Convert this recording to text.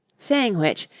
saying which,